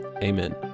Amen